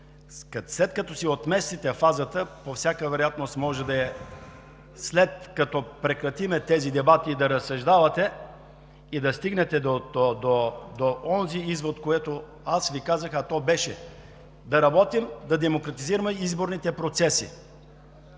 след като си отместите фазата, по всяка вероятност може да е, след като прекратим тези дебати. И да разсъждавате, и да стигнете до онзи извод, който Ви казах, а той беше: да работим, да демократизираме изборните процеси,